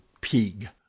pig